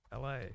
LA